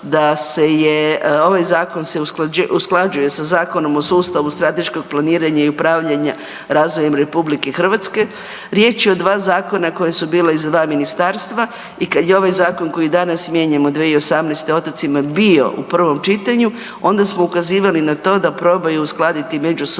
da se je ovaj zakon se usklađuje sa Zakonom o sustavu strateškog planiranja i upravljanja razvojem RH. Riječ je o dva zakona koja su bila iz dva ministarstva i kad je ovaj zakon koji danas mijenjamo 2018. o otocima bio u prvom čitanju onda smo ukazivali na to da probaju uskladiti međusobno